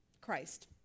Christ